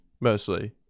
mostly